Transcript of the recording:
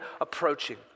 approaching